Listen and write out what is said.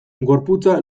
gorputza